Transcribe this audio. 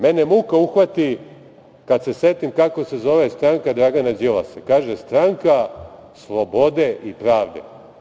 Mene muka uhvati kad se setim kako se zove stranka Dragana Đilasa, kaže, Stranka slobode i pravde.